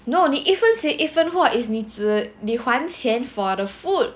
no 你一分钱一分货 is 你只还钱 for the food